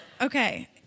Okay